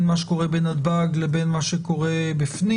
מה שקורה בנתב"ג לבין מה שקורה בפנים.